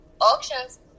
auctions